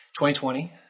2020